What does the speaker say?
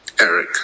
Eric